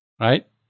Right